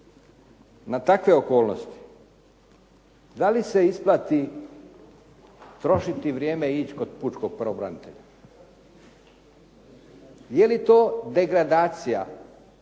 na takve okolnosti, da li se isplati trošiti vrijeme i ići kod pučkog pravobranitelja? Je li to degradacija